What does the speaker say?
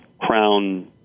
Crown